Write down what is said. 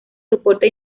soporta